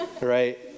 right